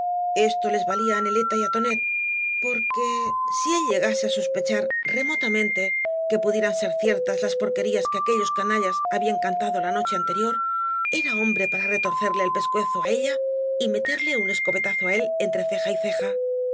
esto les valía á neleta y á tonet porque si él llegase á v blasco ibáñbz bospechar remotamente que pudieran ser ciertas las porquerías que aquellos canallas habían cantado la noche anterior era hombre para retorcerle el pescuezo á ella y meterle un escopetazo á él entre ceja y ceja